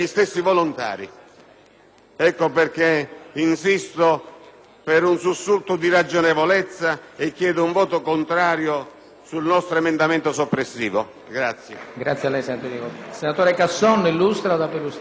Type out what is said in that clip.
Ecco perché insisto per un sussulto di ragionevolezza e chiedo un voto favorevole sul nostro emendamento soppressivo